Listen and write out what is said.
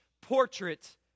portrait